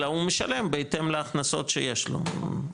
אלא הוא משלם בהתאם להכנסות שיש לו.